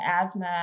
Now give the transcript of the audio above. asthma